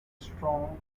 strong